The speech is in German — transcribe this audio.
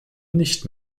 nicht